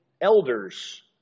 elders